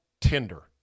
tinder